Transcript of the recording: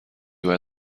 باید